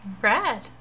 Brad